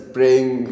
Praying